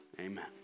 Amen